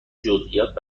جزییات